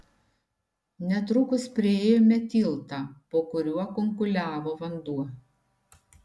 netrukus priėjome tiltą po kuriuo kunkuliavo vanduo